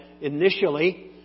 initially